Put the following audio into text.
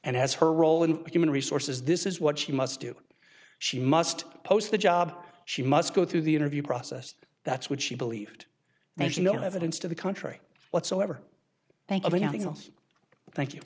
has her role in human resources this is what she must do she must post the job she must go through the interview process that's what she believed there's no evidence to the country whatsoever thank